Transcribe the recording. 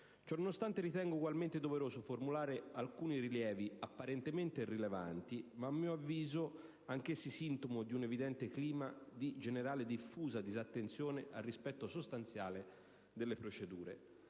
nonostante, ritengo ugualmente doveroso formulare alcuni rilievi, apparentemente irrilevanti, ma a mio avviso anche essi sintomo di un evidente clima di generale diffusa disattenzione al rispetto sostanziale delle procedure.